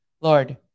Lord